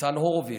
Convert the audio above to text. ניצן הורוביץ,